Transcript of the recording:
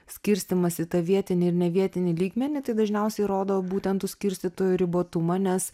skirstymas į tą vietinį ir ne vietinį lygmenį tai dažniausiai rodo būtent tų skirstytojų ribotumą nes